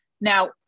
Now